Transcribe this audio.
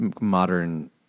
modern